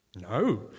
No